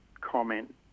comment